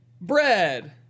bread